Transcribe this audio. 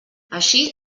així